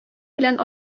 белән